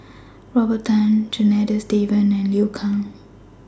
Robert Tan Janadas Devan and Liu Kang